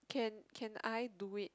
can can I do it